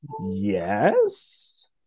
Yes